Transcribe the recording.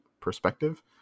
perspective